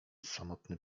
samotny